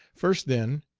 first, then,